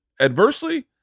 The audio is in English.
adversely